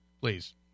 Please